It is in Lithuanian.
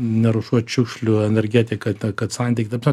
nerūšiuot šiukšlių energetika ta kad santykiai ta prasme